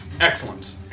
Excellent